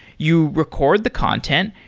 you record the content,